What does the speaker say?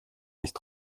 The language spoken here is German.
nicht